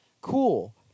Cool